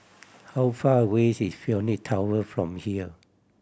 how far away is Phoenix Tower from here